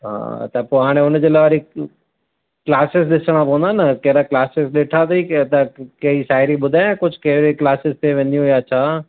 हा त पोइ हाणे उन जे लाइ वरी क्लासेस ॾिसिणा पवंदा न कहिड़ा क्लासेस ॾिठा अथई की त कहिड़ी साहिड़ीअ ॿुधायईं कुझु कहिड़ीअ क्लासेस ते वेंदियूं या छा